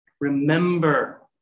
Remember